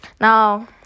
Now